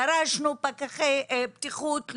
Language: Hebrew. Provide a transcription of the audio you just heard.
דרשנו פקחי בטיחות.